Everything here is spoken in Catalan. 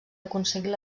aconseguir